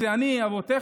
זה אני ואבותיך,